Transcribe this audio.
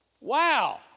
Wow